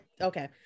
okay